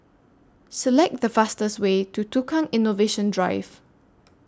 Select The fastest Way to Tukang Innovation Drive